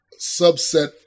subset